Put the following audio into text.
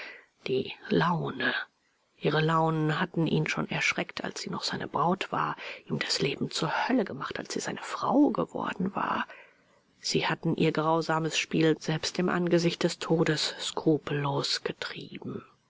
die laune ihre launen hatten ihn schon erschreckt als sie noch seine braut war ihm das leben zur hölle gemacht als sie seine frau geworden war sie hatten ihr grausames spiel selbst im angesicht des todes skrupellos getrieben